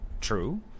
true